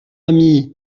ami